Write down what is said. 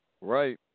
Right